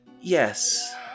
Yes